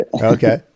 okay